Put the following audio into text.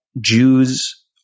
Jews